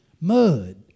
Mud